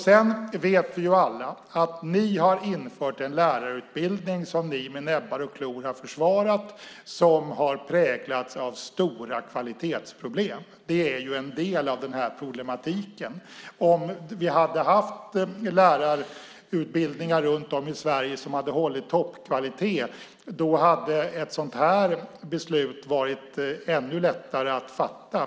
Sedan vet vi ju alla att ni har infört en lärarutbildning, som ni med näbbar och klor har försvarat, som har präglats av stora kvalitetsproblem. Det är ju en del av den här problematiken. Om vi hade haft lärarutbildningar runt om i Sverige som hade hållit toppkvalitet hade ett sådant här beslut varit ännu lättare att fatta.